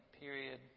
period